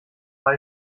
mal